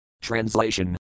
Translation